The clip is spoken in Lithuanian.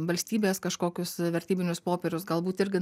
valstybės kažkokius vertybinius popierius galbūt irgi